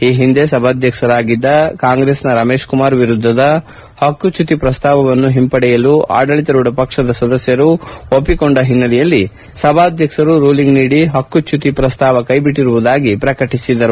ಈ ಹಿಂದೆ ಸಭಾಧ್ಯಕ್ಷರಾಗಿದ್ದ ಕಾಂಗ್ರೆಸ್ನ ರಮೇಶ್ ಕುಮಾರ್ ವಿರುದ್ದದ ಪಕ್ಷುಚ್ಚುತಿ ಪ್ರಸ್ತಾಪವನ್ನು ಹಿಂದೆ ಪಡೆಯಲು ಆಡಳಿತಾರೂಢ ಪಕ್ಷದ ಸದಸ್ನರು ಒಪ್ಪಿಕೊಂಡ ಹಿನ್ನೆಲೆಯಲ್ಲಿ ಸಭಾಧ್ಯಕ್ಷರು ರೂಲಿಂಗ್ ನೀಡಿ ಪಕ್ಕುಚ್ಯುತಿ ಪ್ರಸ್ತಾವ ಕೈಬಿಟ್ಟಿರುವುದಾಗಿ ಘೋಷಿಸಿದರು